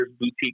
boutique